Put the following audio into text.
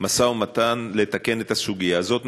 מנהלים משא-ומתן לתקן את הסוגיה הזאת.